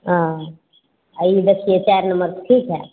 हॅं एहिमे देखियौ चारि नम्बरके ठीक हइ